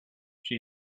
she